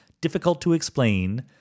difficult-to-explain—